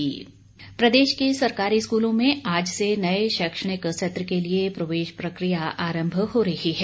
प्रवेश प्रदेश के सरकारी स्कूलों में आज से नए शैक्षणिक सत्र के लिए प्रवेश प्रक्रिया आरम्भ हो रही है